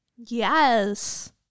Yes